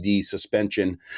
suspension